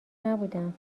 نبودم